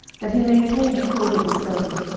that he maintain the cause of his servant,